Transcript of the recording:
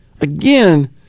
again